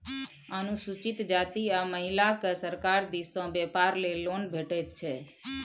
अनुसूचित जाती आ महिलाकेँ सरकार दिस सँ बेपार लेल लोन भेटैत छै